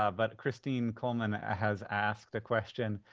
ah but christine coleman has asked a question.